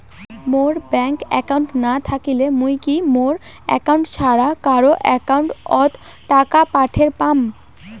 মোর bank account না থাকিলে মুই কি মোর একাউন্ট ছাড়া কারো একাউন্ট অত টাকা পাঠের পাম?